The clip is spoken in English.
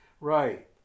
Right